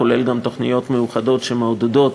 כולל גם תוכניות מיוחדות שמעודדות